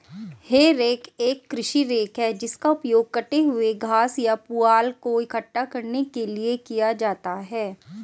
हे rake एक कृषि rake है जिसका उपयोग कटे हुए घास या पुआल को इकट्ठा करने के लिए किया जाता है